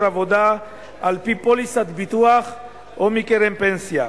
עבודה על-פי פוליסת ביטוח או מקרן פנסיה.